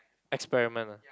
experiment ah